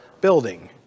building